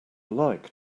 like